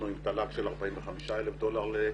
אנחנו עם תל"ג של 45,000 דולר לנפש,